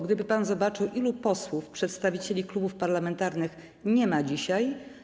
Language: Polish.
Gdyby pan zobaczył, ilu posłów, przedstawicieli klubów parlamentarnych nie ma dzisiaj.